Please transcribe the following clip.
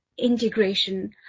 integration